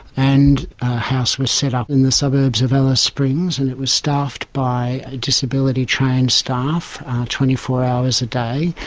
and a house was set up in the suburbs of alice springs and it was staffed by a disability trained staff twenty four hours a day.